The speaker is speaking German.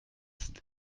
sind